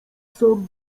sam